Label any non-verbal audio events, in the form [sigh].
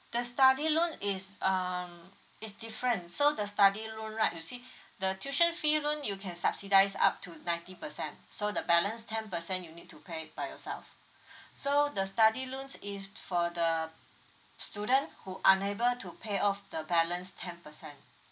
the study loan is um it's different so the study loan right you see [breath] the tuition fee loan you can subsidize up to ninety percent so the balance ten percent you need to pay by yourself [breath] so the study loans is for the student who unable to pay off the balance ten percent